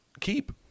keep